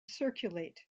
circulate